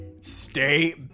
Stay